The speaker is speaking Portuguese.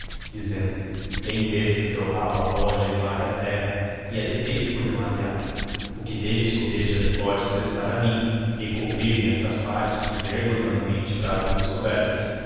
dizendo bem vês que o teu rabo arroja e varre a terra e he defeito por demasiado o que delle sobeja me podes prestar a mim e cobrir hie estas partes que vergonhosamente trago descobertas